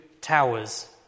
towers